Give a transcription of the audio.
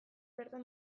bertan